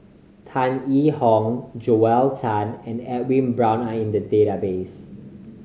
Tan Yee Hong Joel Tan and Edwin Brown are in the database